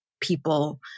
people